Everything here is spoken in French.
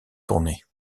tournées